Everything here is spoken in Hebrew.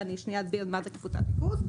ואני שנייה אסביר מה זה קבוצת ריכוז,